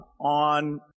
on